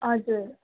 हजुर